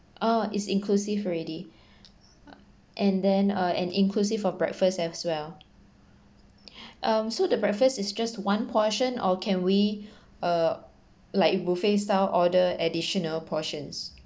oh it's inclusive already and then uh and inclusive of breakfast as well um so the breakfast is just one portion or can we uh like buffet style order additional portions